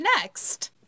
next